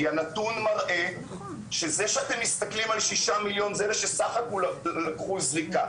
כי הנתון מראה שזה שאתם מסתכלים על 6 מיליון זה אלה שסך הכל לקחו זריקה.